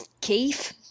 Keith